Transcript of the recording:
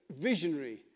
visionary